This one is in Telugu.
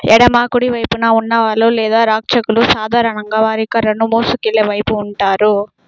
ఎడమ కుడి వైపున ఉన్న వాళ్ళు లేదా రక్షకులు సాధారణంగా వారి కర్ర మోసుకెళ్ళే వైపు ఉంటారు